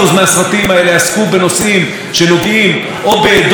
ישראל או בנושאים דתיים או בנושאים להט"ביים,